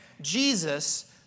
Jesus